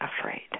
afraid